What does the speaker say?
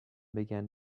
began